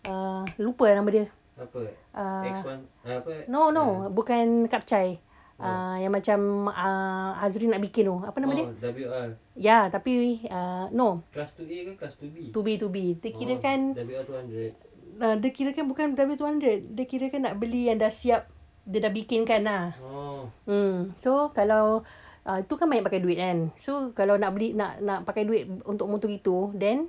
uh lupa lah nama dia uh no no bukan kapcai uh yang macam uh azri nak bikin tu apa nama dia ya tapi uh no two B two B tu kirakan uh dia kirakan bukan W two hundred kirakan nak beli yang siap dia dah bikinkan ah mm so kalau uh tu kan banyak pakai duit kan so kalau nak beli nak nak pakai duit untuk motr gitu then